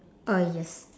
uh yes